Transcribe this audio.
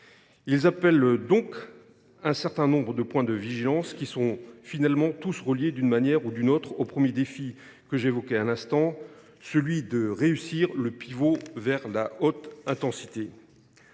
En résultent un certain nombre de points de vigilance, qui sont finalement tous reliés d’une manière ou d’une autre au premier défi que j’évoquais à l’instant : réussir le « pivot vers la haute intensité